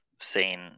seen